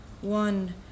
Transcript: one